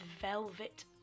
velvet